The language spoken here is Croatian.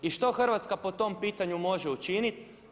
I što Hrvatska po tom pitanju može učiniti?